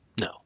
No